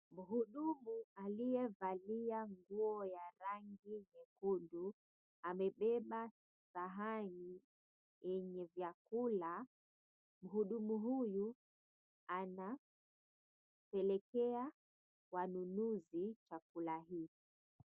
Mhudumu aliyevalia nguo ya rangi nyekundu amebeba sahani yenye vyakula. Mhudumu huyu anapelekea wanunuzi chakula hiki.